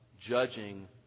judging